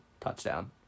touchdown